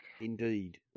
Indeed